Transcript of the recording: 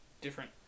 different